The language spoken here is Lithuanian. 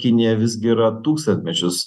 kinija visgi yra tūkstantmečius